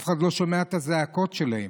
אף אחד לא שומע את הזעקות שלהם.